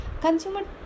Consumer